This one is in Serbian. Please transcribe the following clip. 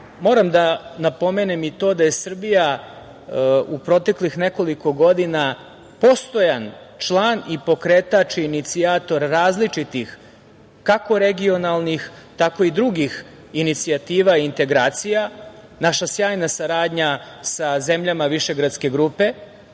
moram da napomenem i to da je Srbija u proteklih nekoliko godina postojan član i pokretač i inicijator različitih, kako regionalnih, tako i drugih inicijativa i integracija, naša sjajna saradnja sa zemljama višegradske grupe,